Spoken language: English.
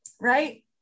right